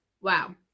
Wow